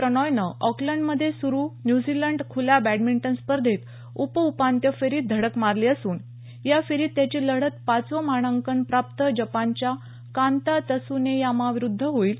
प्रनॉयन ऑकलंडमध्ये सुरू न्यूझीलंड खुल्या बॅडमिंटन स्पर्धेत उपउपांत्य फेरीत धडक मारली असून या फेरीत त्याची लढत पाचवं मानांकन प्राप्त जपानच्या कांता तसुनेयामाविरुद्ध होईल